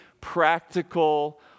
practical